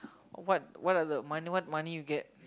what what are the money what money you get